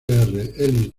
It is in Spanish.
ellis